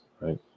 right